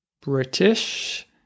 British